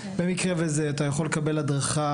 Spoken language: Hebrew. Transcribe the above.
אתה יכול לקבל הדרכה.